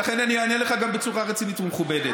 ולכן אני אענה לך גם בצורה רצינית ומכובדת.